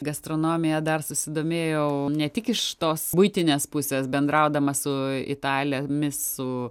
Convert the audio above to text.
gastronomija dar susidomėjau ne tik iš tos buitinės pusės bendraudama su italėmis su